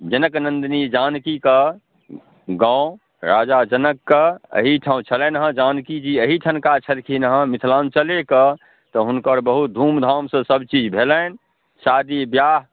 जनक नन्दिनी जानकीके गाम राजा जनकके एहिठाम छलनि हँ जानकीजी एहिठामके छलखिन हँ मिथिलाञ्चलेके तऽ हुनकर बहुत धूमधामसँ सबचीज भेलनि शादी बिआह